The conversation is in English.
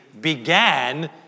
began